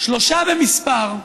שלושה במספר,